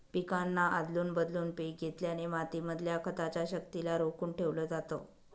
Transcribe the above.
पिकांना आदलून बदलून पिक घेतल्याने माती मधल्या खताच्या शक्तिला रोखून ठेवलं जातं